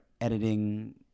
editing